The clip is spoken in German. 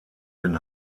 den